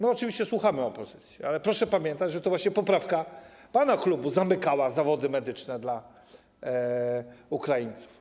My oczywiście słuchamy opozycji, ale proszę pamiętać, że to właśnie poprawka pana klubu zamykała dostęp do zawodów medycznych dla Ukraińców.